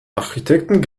architekten